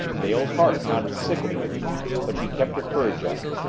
dale's heart pounded sickeningly but she kept her courage up.